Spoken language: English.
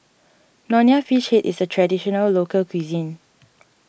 Nonya Fish Head is a Traditional Local Cuisine